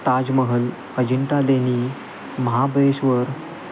ताजमहल अजिंठा लेणी महाबळेश्वर